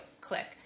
click